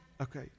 Okay